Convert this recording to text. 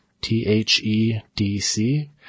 T-H-E-D-C